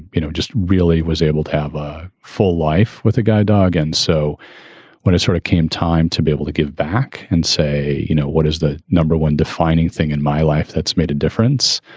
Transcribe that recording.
you know, it just really was able to have a full life with a guide dog. and so when it sort of came time to be able to give back and say, you know, what is the number one defining thing in my life that's made a difference?